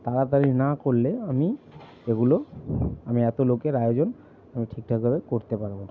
তাড়াতাড়ি না করলে আমি এগুলো আমি এত লোকের আয়োজন আমি ঠিকঠাকভাবে করতে পারব না